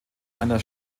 einer